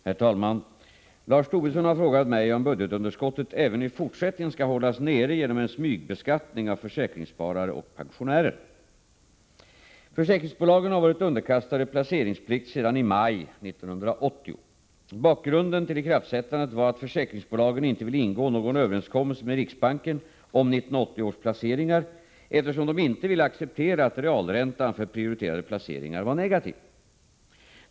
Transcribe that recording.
Herr talman! Lars Tobisson har frågat mig om budgetunderskottet även i fortsättningen skall hållas nere genom en smygbeskattning av försäkringssparare och pensionärer. Försäkringsbolagen har varit underkastade placeringsplikt sedan i maj 1980. Bakgrunden till ikraftsättandet var att försäkringsbolagen inte ville ingå någon överenskommelse med riksbanken om 1980 års placeringar, eftersom de inte ville acceptera att realräntan för prioriterade placeringar var negativ.